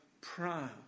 proud